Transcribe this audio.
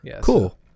Cool